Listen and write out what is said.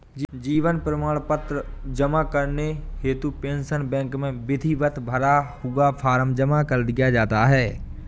जीवन प्रमाण पत्र जमा करने हेतु पेंशन बैंक में विधिवत भरा हुआ फॉर्म जमा कर दिया जाता है